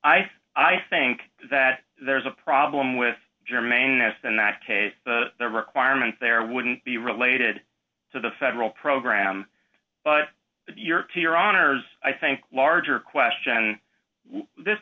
i think that there's a problem with jermaine as in that case the requirement there wouldn't be related to the federal program but your to your honor's i think larger question